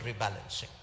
rebalancing